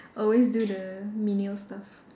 always do the menial stuff